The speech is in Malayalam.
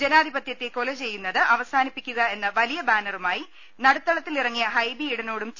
ജനാധിപത്യത്തെ കൊലചെയ്യുന്നത് അവസാനിപ്പിക്കുക എന്ന വലിയ ബാനറുമായി നടുത്തളത്തിലിറങ്ങിയ ഹൈബി ഈഡ നോടും ടി